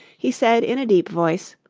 he said in a deep voice,